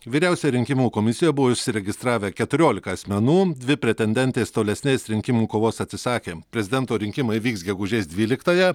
vyriausioje rinkimų komisija buvo užsiregistravę keturiolika asmenų dvi pretendentės tolesnės rinkimų kovos atsisakė prezidento rinkimai vyks gegužės dvyliktąją